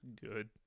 good